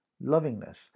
Lovingness